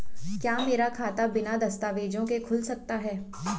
क्या मेरा खाता बिना दस्तावेज़ों के खुल सकता है?